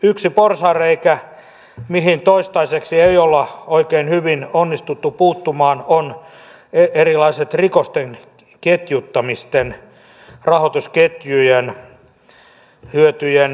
yksi porsaanreikä mihin toistaiseksi ei olla oikein hyvin onnistuttu puuttumaan ovat erilaiset rikosten ketjuttamisten rahoitusketjujen hyödyt